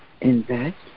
invest